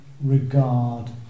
regard